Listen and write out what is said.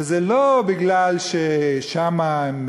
וזה לא בגלל ששם יש